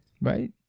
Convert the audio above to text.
right